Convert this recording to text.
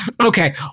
Okay